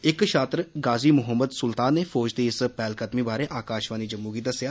इक छात्र गाजी मोहम्मद सुल्तान ने फौज दी इस पैह्लकदमी बारै आकाशवाणी जम्मू गी दस्सेआ